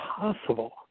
possible